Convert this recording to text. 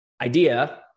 idea